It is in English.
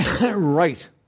right